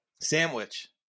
Sandwich